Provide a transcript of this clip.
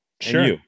Sure